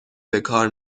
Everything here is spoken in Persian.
بکار